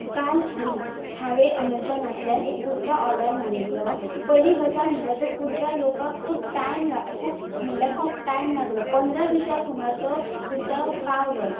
काल न्हय हांवें अमेजोनांतल्यान एक कुरता ओर्डर मारिल्लो पयलीं गजाल म्हणल्यार तो कुरता येवपाक खूब टायम खूब म्हणल्यार खूब टायम लागलो पंदरां दिसां सुमार तो कुरता पावलो